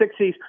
60s